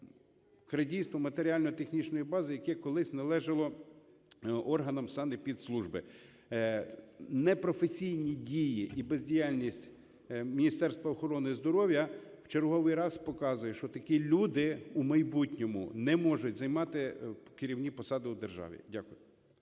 …крадійство матеріально-технічної бази, яке колись належало органам санепідслужби. Непрофесійні дії і бездіяльність Міністерства охорони здоров'я в черговий раз показують, що такі люди в майбутньому не можуть займати керівні посади у державі. Дякую.